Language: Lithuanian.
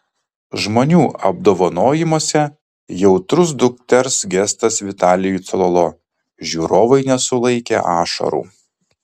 žmonių apdovanojimuose jautrus dukters gestas vitalijui cololo žiūrovai nesulaikė ašarų